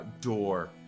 door